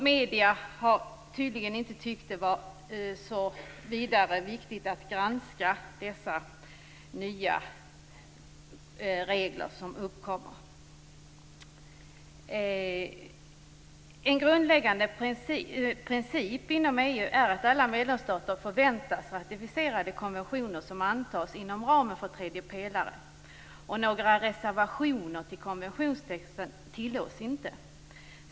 Medierna har tydligen inte tyckt att är så vidare viktigt att granska dessa nya regler som uppkommer. En grundläggande princip inom EU är att alla medlemsstater förväntas ratificera de konventioner som antas inom ramen för tredje pelaren. Några reservationer till konventionstexten tillåts inte.